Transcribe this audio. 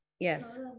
yes